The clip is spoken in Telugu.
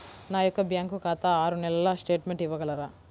నా యొక్క బ్యాంకు ఖాతా ఆరు నెలల స్టేట్మెంట్ ఇవ్వగలరా?